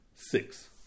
Six